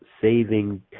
saving